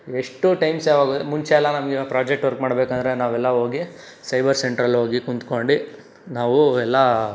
ಎಷ್ಟು ಟೈಮ್ ಸೇವಾಗುತ್ತೆ ಮುಂಚೆ ಎಲ್ಲ ನಮಗೆ ಈಗ ಪ್ರಾಜೆಕ್ಟ್ ವರ್ಕ್ ಮಾಡಬೇಕಂದರೆ ನಾವೆಲ್ಲ ಹೋಗಿ ಸೈಬರ್ ಸೆಂಟ್ರಲೋಗಿ ಕುಂತ್ಕೊಂಡು ನಾವು ಎಲ್ಲ